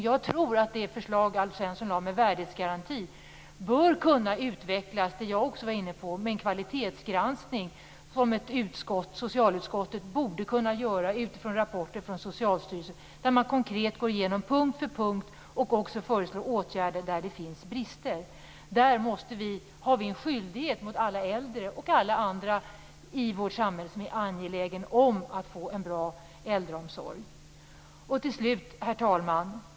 Jag tror att det förslag som Alf Svensson lade fram om en värdighetsgaranti bör kunna utvecklas. Jag var inne på en kvalitetsgranskning, som socialutskottet borde kunna göra utifrån rapporter från Socialstyrelsen. Där skulle man konkret gå igenom punkt för punkt och föreslå åtgärder där det finns brister. Där har vi en skyldighet mot alla äldre. Det gäller också alla andra i vårt samhälle som är angelägna om att få en bra äldreomsorg. Till slut, herr talman!